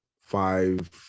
five